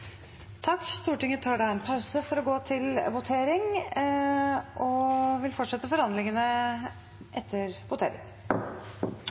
Stortinget tar da en pause for å gå til votering. Vi vil fortsette forhandlingene